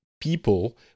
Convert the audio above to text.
people